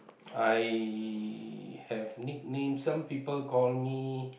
I have nicknames some people call me